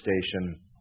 station